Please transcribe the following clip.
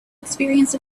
experience